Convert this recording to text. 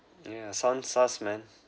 yeah some sucks man